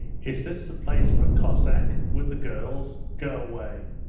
is this the place for a cossack with the girls? go away